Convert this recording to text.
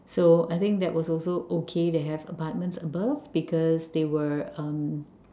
so I think that was also okay they have apartments above because they were uh